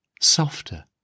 softer